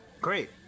Great